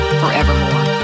forevermore